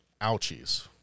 Ouchies